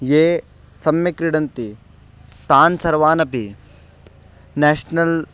ये सम्यक् क्रीडन्ति तान् सर्वान् अपि न्याष्नल्